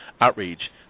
outrage